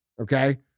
Okay